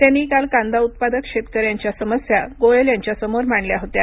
त्यांनी काल कांदा उत्पादक शेतकऱ्यांच्या समस्या गोयल यांच्यासमोर मांडल्या होत्या